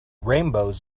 rainbows